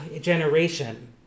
generation